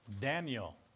Daniel